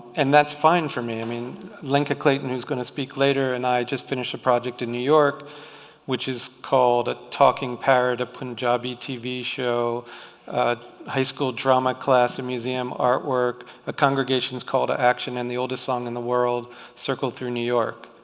and that's fine for me i mean linka clayton who's going to speak later and i just finished a project in new york which is called a talking parrot a punjabi tv show high school drama class a museum artwork a congregations call to action and the oldest song in the world circled through new york